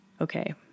Okay